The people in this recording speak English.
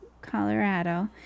Colorado